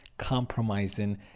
compromising